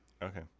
Okay